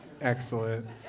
Excellent